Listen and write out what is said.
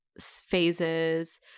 phases